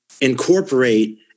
incorporate